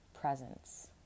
presence